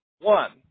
One